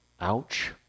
Ouch